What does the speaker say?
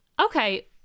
Okay